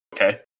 Okay